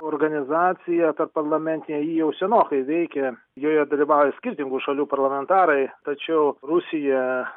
organizacija tarpparlamentinė ji jau senokai veikia joje dalyvauja skirtingų šalių parlamentarai tačiau rusija